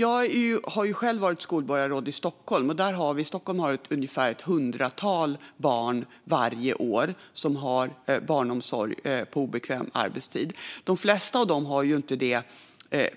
Jag har själv varit skolborgarråd i Stockholm, och i Stockholm har ett hundratal barn per år barnomsorg på obekväm arbetstid. De flesta av dem har inte barnomsorg